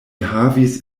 havis